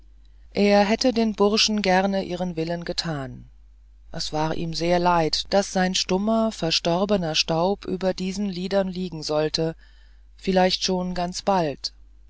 er hätte den burschen gerne ihren willen getan es war ihm selber leid daß sein stummer verstorbener staub über diesen liedern liegen sollte vielleicht schon ganz bald